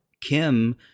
Kim